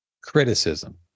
criticism